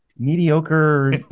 mediocre